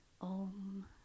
Om